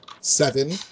Seven